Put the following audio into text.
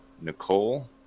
nicole